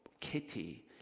Kitty